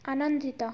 ଆନନ୍ଦିତ